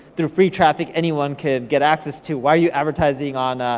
through free traffic anyone could get access to, why are you advertising on,